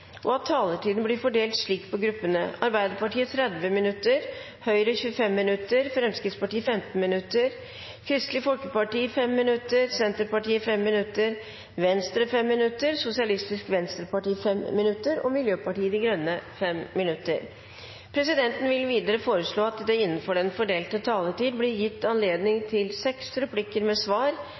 og at taletiden blir fordelt på gruppene slik: Arbeiderpartiet 25 minutter, Høyre 20 minutter, Fremskrittspartiet 15 minutter, Kristelig Folkeparti 10 minutter, Senterpartiet 10 minutter, Venstre 10 minutter, Sosialistisk Venstreparti 10 minutter og Miljøpartiet De Grønne 10 minutter. Presidenten vil videre foreslå at det blir gitt anledning til tre replikker med svar